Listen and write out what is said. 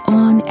on